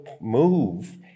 move